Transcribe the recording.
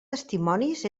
testimonis